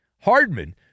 Hardman